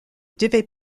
devait